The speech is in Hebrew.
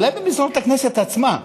אולי במסדרונות הכנסת עצמה,